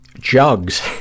Jugs